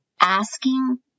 asking